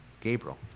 Gabriel